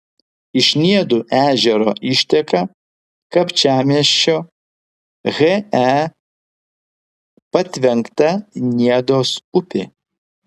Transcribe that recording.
iš niedų ežero išteka kapčiamiesčio he patvenkta niedos upė